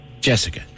Jessica